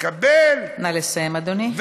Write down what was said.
נא לסיים, אדוני.